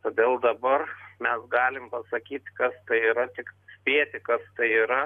todėl dabar mes galim pasakyt kas tai yra tik spėti kas tai yra